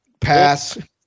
Pass